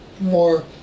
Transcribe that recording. more